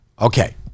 Okay